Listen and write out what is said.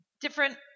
different